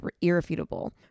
irrefutable